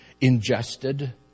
ingested